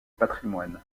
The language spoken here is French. patrimoine